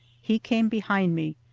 he came behind me,